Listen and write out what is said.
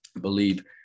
believe